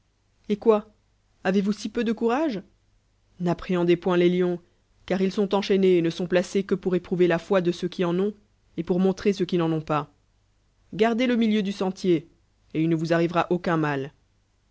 avez lor vous si peu de courage n'apprenoit point les lienay car il sons eiachainds et ne sont placés qhe que peul éprouver la foi de ced l qui en dns et pour montrer ceux qui n'en ont pas gardez le milieu du sentier et il ne vous arrivera aucun mal